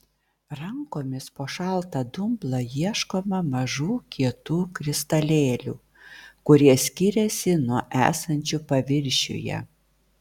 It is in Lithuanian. rankomis po šaltą dumblą ieškoma mažų kietų kristalėlių kurie skiriasi nuo esančių paviršiuje